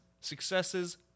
successes